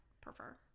prefer